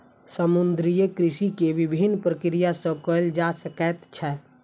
समुद्रीय कृषि के विभिन्न प्रक्रिया सॅ कयल जा सकैत छै